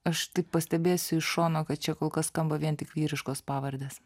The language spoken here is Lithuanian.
aš taip pastebėsiu iš šono kad čia kol kas skamba vien tik vyriškos pavardės